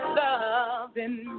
loving